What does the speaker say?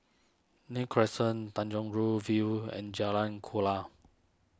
Nim Crescent Tanjong Rhu View and Jalan Kuala